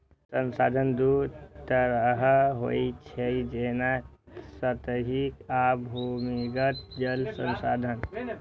जल संसाधन दू तरहक होइ छै, जेना सतही आ भूमिगत जल संसाधन